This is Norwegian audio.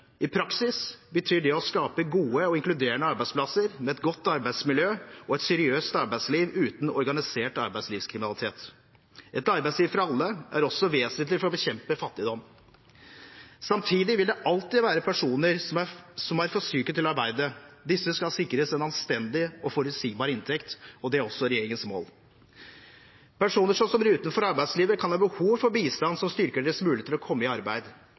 I praksis betyr det å skape gode og inkluderende arbeidsplasser med et godt arbeidsmiljø og et seriøst arbeidsliv uten organisert arbeidslivskriminalitet. Et arbeidsliv for alle er også vesentlig for å bekjempe fattigdom. Samtidig vil det alltid være personer som er for syke til å arbeide. Disse skal sikres en anstendig og forutsigbar inntekt. Det er også regjeringens mål. Personer som står utenfor arbeidslivet, kan ha behov for bistand som styrker deres muligheter til å komme i arbeid.